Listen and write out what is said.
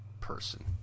person